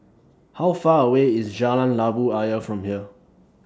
How Far away IS Jalan Labu Ayer from here